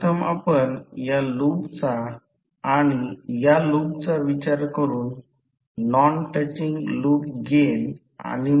समजा त्यांच्यामध्ये कॉन्टॅक्टसह किंवा कॉन्टॅक्टशिवाय दोन लूप आहेत परंतु दोन लूपपैकी एकाद्वारे तयार केलेल्या मग्नेटिक फील्डमुळे एकमेकांवर परिणाम करतात ते मग्नेटीकली कपल्ड असल्याचे म्हटले जाते